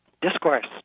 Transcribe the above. discourse